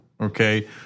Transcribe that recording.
Okay